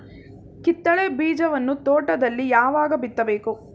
ಕಿತ್ತಳೆ ಬೀಜವನ್ನು ತೋಟದಲ್ಲಿ ಯಾವಾಗ ಬಿತ್ತಬೇಕು?